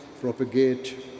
propagate